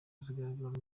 zigaragara